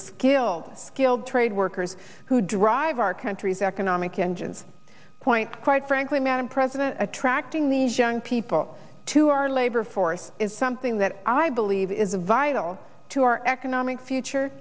skilled skilled trade workers who drive our country's economic engines point quite frankly madam president attracting these young people to our labor force is something that i believe is a vital to our economic future